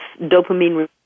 dopamine